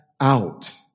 out